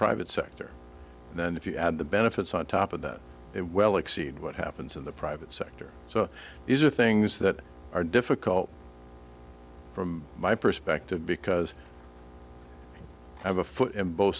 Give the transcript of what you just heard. private sector and then if you add the benefits on top of that it well exceed what happens in the private sector so these are things that are difficult from my perspective because i have a foot in both